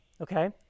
okay